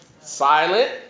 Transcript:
Silent